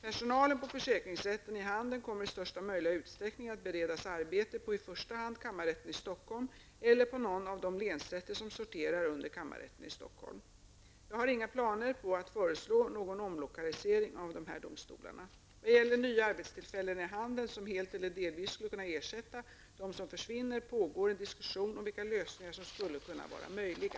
Personalen på försäkringsrätten i Handen kommer i största möjliga utsträckning att beredas arbete på i första hand kammarrätten i Stockholm eller på någon av de länsrätter som sorterar under kammarrätten i Stockholm. Jag har inga planer på att föreslå någon omlokalisering av dessa domstolar. Vad gäller nya arbetstillfällen i Handen som helt eller delvis skulle kunna ersätta dem som försvinner, pågår en diskussion om vilka lösningar som skulle kunna vara möjliga.